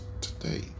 today